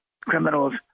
criminals